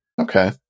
Okay